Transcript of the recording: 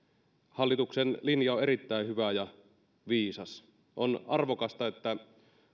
hallituksen linja on erittäin hyvä ja viisas on arvokasta että